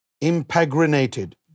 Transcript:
impregnated